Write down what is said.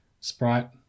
Sprite